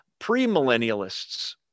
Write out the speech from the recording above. premillennialists